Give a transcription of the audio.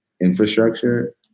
infrastructure